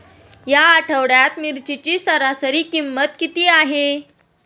या आठवड्यात मिरचीची सरासरी किंमत किती आहे?